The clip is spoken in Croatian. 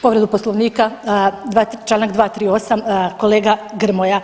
Povredu Poslovnika, čl. 238, kolega Grmoja,